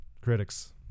critics